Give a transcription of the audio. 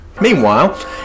Meanwhile